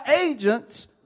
agents